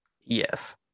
yes